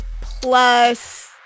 plus